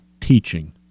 teaching